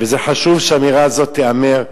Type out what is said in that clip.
וחשוב שהאמירה הזאת תיאמר,